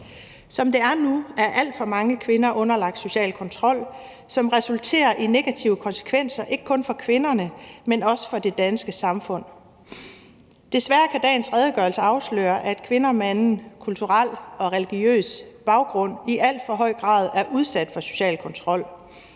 Som det er nu, er alt for mange kvinder underlagt social kontrol, som resulterer i negative konsekvenser, ikke kun for kvinderne, men også for det danske samfund. Desværre kan dagens redegørelse afsløre, at kvinder med anden kulturel og religiøs baggrund i alt for høj grad er udsat for social kontrol.